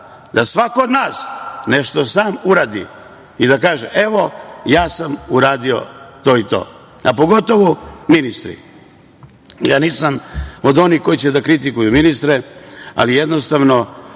Da svako od nas nešto sam uradi i da kaže – evo, ja sam uradio to i to, a pogotovo ministri. Nisam od onih koji će da kritikuju ministre, ali jednostavno